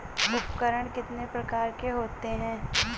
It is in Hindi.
उपकरण कितने प्रकार के होते हैं?